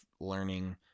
learning